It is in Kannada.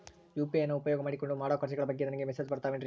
ಯು.ಪಿ.ಐ ನ ಉಪಯೋಗ ಮಾಡಿಕೊಂಡು ಮಾಡೋ ಖರ್ಚುಗಳ ಬಗ್ಗೆ ನನಗೆ ಮೆಸೇಜ್ ಬರುತ್ತಾವೇನ್ರಿ?